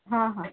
हां हां